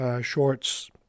shorts